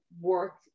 work